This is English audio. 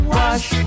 wash